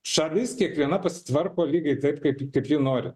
šalis kiekviena pasitvarko lygiai taip kaip kaip ji nori